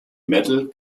metal